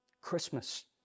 Christmas